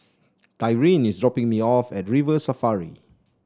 Tyrin is dropping me off at River Safari